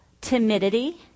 timidity